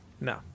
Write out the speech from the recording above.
No